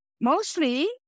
mostly